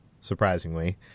surprisingly